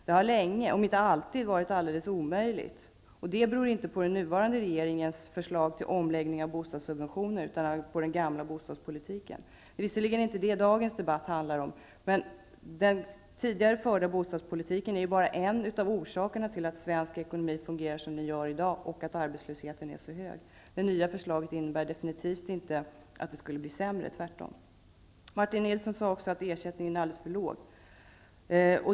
Det har länge, om inte alltid, varit alldeles omöjligt. Men det beror inte på den nuvarande regeringens förslag till omläggning av bostadsubventionerna utan på den gamla bostadspolitiken. Det är visserligen inte det dagens debatt handlar om. Men den tidigare förda bostadspolitiken är bara en av orsakerna till att svensk ekonomi fungerar som den gör i dag och till att arbetslösheten är så hög. Det nya förslaget innebär definitivt inte att det skulle bli sämre, tvärtom. Martin Nilsson sade också att ersättningen är alldeles för låg.